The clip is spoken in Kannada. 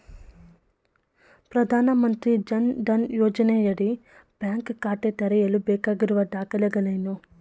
ಪ್ರಧಾನಮಂತ್ರಿ ಜನ್ ಧನ್ ಯೋಜನೆಯಡಿ ಬ್ಯಾಂಕ್ ಖಾತೆ ತೆರೆಯಲು ಬೇಕಾಗಿರುವ ದಾಖಲೆಗಳೇನು?